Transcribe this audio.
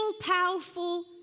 powerful